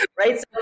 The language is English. right